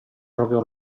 proprio